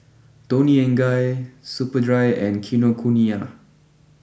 Toni and Guy Superdry and Kinokuniya